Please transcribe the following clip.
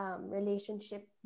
Relationship